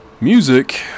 music